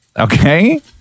okay